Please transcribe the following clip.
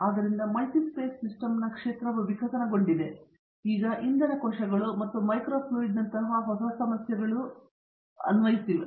ಆದ್ದರಿಂದ ಮಲ್ಟಿಹೇಸ್ ಸಿಸ್ಟಮ್ನ ಕ್ಷೇತ್ರವು ವಿಕಸನಗೊಂಡಿತು ಮತ್ತು ಈಗ ಇಂಧನ ಕೋಶಗಳು ಮತ್ತು ಮೈಕ್ರೋಫ್ಲುಡಿಕ್ಸ್ನಂತಹ ಹೊಸ ಸಮಸ್ಯೆಗಳಿಗೆ ಅನ್ವಯಿಸುತ್ತದೆ